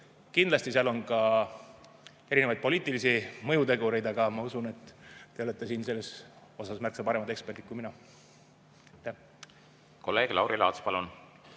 Kindlasti on seal ka erinevaid poliitilisi mõjutegureid, aga ma usun, et te olete siin selle [teema] puhul märksa paremad eksperdid kui mina.